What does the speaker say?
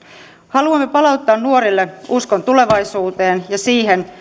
haluamme palauttaa nuorille uskon tulevaisuuteen ja siihen